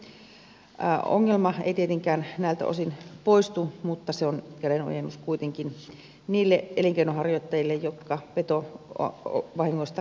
ongelma ei tietenkään näiltä osin poistu mutta se on kädenojennus kuitenkin niille elinkeinonharjoittajille jotka petovahingoista kärsivät